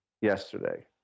yesterday